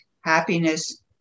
happiness